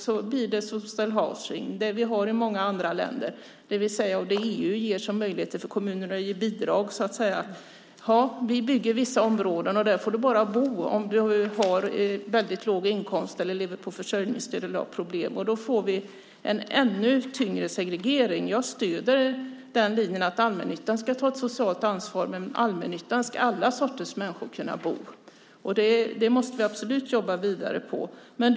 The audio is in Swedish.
Då blir det social housing , som finns i många andra länder. Där ger EU kommunerna möjlighet att ge bidrag. Då bygger man vissa områden, och där får du bara bo om du har väldigt låg inkomst, lever på försörjningsstöd eller har problem. Då får man en ännu tyngre segregering. Jag stöder den linjen att allmännyttan ska ta ett socialt ansvar, men i allmännyttan ska alla sorters människor kunna bo. Det måste vi absolut jobba vidare för.